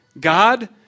God